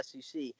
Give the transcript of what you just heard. SEC